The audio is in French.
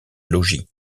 logis